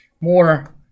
more